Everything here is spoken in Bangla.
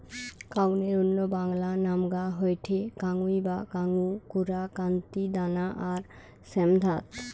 কাউনের অন্য বাংলা নামগা হয়ঠে কাঙ্গুই বা কাঙ্গু, কোরা, কান্তি, দানা আর শ্যামধাত